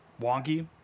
wonky